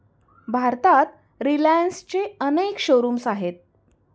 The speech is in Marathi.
भारतात रिलायन्सचे अनेक शोरूम्स आहेत